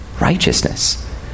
righteousness